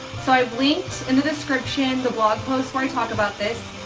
so i've linked in the description the blog post where i talk about this.